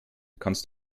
kannst